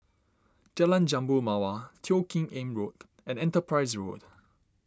Jalan Jambu Mawar Teo Kim Eng Road and Enterprise Road